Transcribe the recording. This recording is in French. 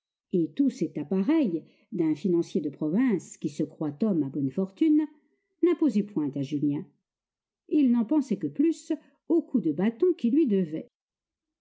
et tout cet appareil d'un financier de province qui se croit homme à bonnes fortunes n'imposaient point à julien il n'en pensait que plus aux coups de bâton qu'il lui devait